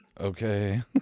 Okay